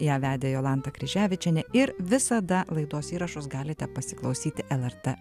ją vedė jolanta kryževičienė ir visada laidos įrašus galite pasiklausyti lrt